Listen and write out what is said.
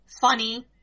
funny